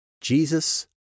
Jesus